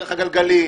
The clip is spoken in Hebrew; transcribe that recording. דרך הגלגלים,